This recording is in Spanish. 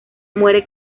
muere